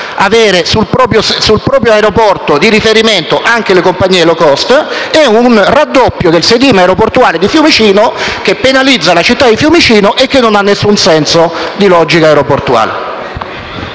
avere sul proprio aeroporto di riferimento anche le compagnie *low cost*, e con un raddoppio del sedime aeroportuale di Fiumicino che penalizza la stessa città di Fiumicino e non ha alcun senso di logica aeroportuale.